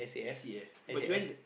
S_A_F but you went the